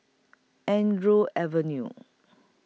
Andrews Avenue